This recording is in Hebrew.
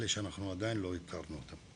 אלה שאנחנו עדיין לא הכרנו אותם.